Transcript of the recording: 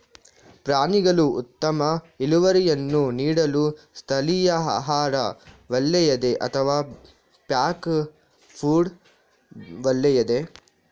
ಪ್ರಾಣಿಗಳು ಉತ್ತಮ ಇಳುವರಿಯನ್ನು ನೀಡಲು ಸ್ಥಳೀಯ ಆಹಾರ ಒಳ್ಳೆಯದೇ ಅಥವಾ ಪ್ಯಾಕ್ ಫುಡ್ ಒಳ್ಳೆಯದೇ?